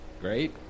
great